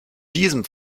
diesem